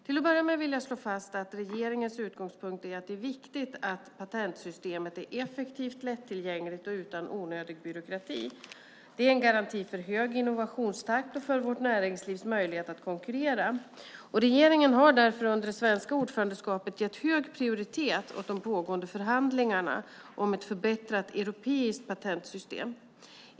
Till att börja med vill jag slå fast att regeringens utgångspunkt är att det är viktigt att patentsystemet är effektivt, lättillgängligt och utan onödig byråkrati. Detta är en garanti för en hög innovationstakt och för vårt näringslivs möjlighet att konkurrera. Regeringen har därför under det svenska ordförandeskapet gett hög prioritet åt de pågående förhandlingarna om ett förbättrat europeiskt patentsystem.